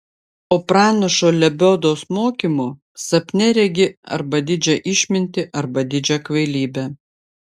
o pranašo lebiodos mokymu sapne regi arba didžią išmintį arba didžią kvailybę